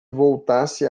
voltasse